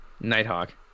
Nighthawk